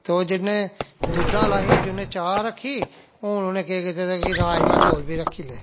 ते ओह् जिन्नै दुद्धा आहला ही जिन्नै चाह् रक्खी हून उ'न्नै केह् कीते दा कि राजमाह् चौल बी रक्खी ले